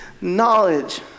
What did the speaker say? knowledge